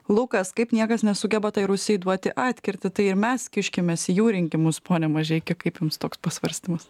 lukas kaip niekas nesugeba tai rusijai duoti atkirtį tai ir mes kišimės į jų rinkimus pone mažeiki kaip jums toks pasvarstymas